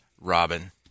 Robin